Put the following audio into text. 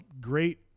great